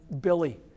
Billy